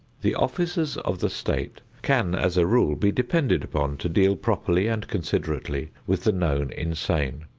the officers of the state can, as a rule, be depended upon to deal properly and considerately with the known insane.